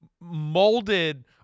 molded